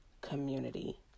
community